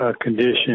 condition